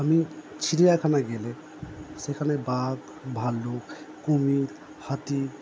আমি চিড়িয়াখানা গেলে সেখানে বাঘ ভাল্লুক কুমির হাতি